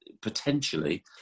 potentially